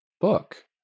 book